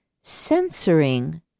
censoring